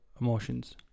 emotions